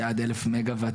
שבעצם עד 1,000 מגה-וואט,